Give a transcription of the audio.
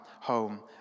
home